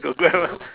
got Grab mah